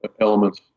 elements